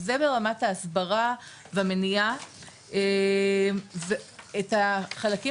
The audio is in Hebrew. אז זה ברמת ההסברה והמניעה ואת החלקים